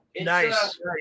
Nice